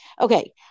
Okay